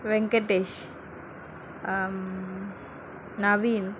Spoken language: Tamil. வெங்கடேஷ் நவீன்